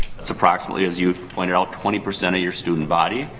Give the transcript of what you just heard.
that's approximately, as you pointed out, twenty percent of your student body.